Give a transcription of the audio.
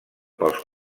pels